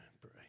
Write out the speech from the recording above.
pray